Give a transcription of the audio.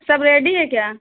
سب ready ہے کیا